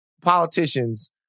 politicians